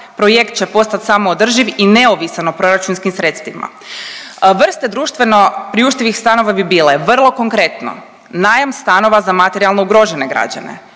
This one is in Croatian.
projekt će postat samoodrživ i neovisan o proračunskim sredstvima. Vrste društveno priuštivih stanova bi bile vrlo konkretno, najam stanova za materijalno ugrožene građane,